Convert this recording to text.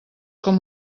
com